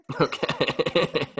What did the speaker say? okay